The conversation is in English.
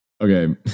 Okay